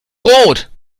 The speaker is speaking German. rot